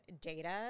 data